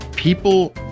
People